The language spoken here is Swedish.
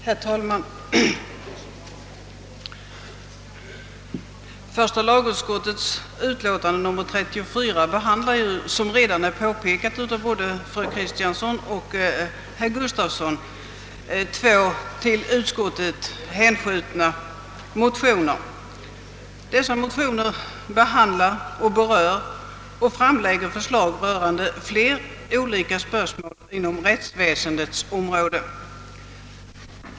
Herr talman! Första lagutskottets utlåtande nr 34 behandlar, som redan har påpekats av både fru Kristensson och herr Gustafsson i Borås, två till utskottet hänskjutna motioner. Dessa motioner behandlar och framlägger förslag rörande flera olika spörsmål inom rättsväsendets område.